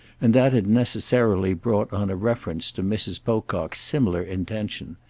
and that had necessarily brought on a reference to mrs. pocock's similar intention,